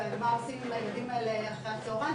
אבל מה עושים עם הילדים האלה אחרי הצהריים,